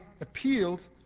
appealed